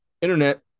internet